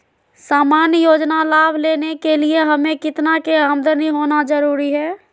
सामान्य योजना लाभ लेने के लिए हमें कितना के आमदनी होना जरूरी है?